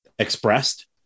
expressed